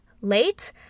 late